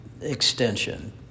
extension